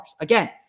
Again